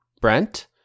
Brent